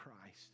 Christ